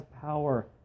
power